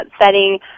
setting